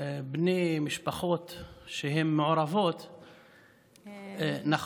בני משפחות שהן מעורבות נכונים,